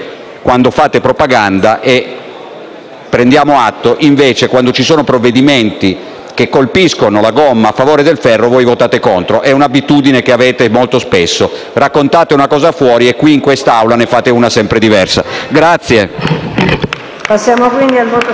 prendiamo atto, invece, che, quando ci sono provvedimenti che colpiscono la gomma a favore del ferro, voi votate contro. È un'abitudine che avete molto spesso: raccontate una cosa fuori, ma in quest'Aula ne fate una sempre diversa.